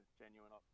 genuine